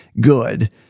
good